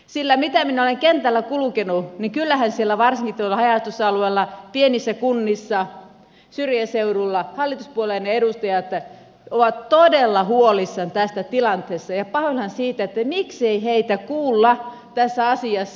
sillä mitä minä olen kentällä kulkenut niin kyllähän siellä varsinkin tuolla haja asutusalueilla pienissä kunnissa syrjäseudulla hallituspuolueiden edustajat ovat todella huolissaan tästä tilanteesta ja pahoillaan siitä miksei heitä kuulla tässä asiassa